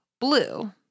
Blue